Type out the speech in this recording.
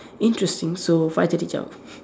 interesting so five thirty zao